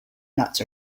nuts